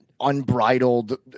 unbridled